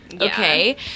Okay